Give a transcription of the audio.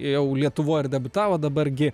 jau lietuvoj ir debiutavo dabar gi